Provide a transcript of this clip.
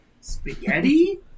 spaghetti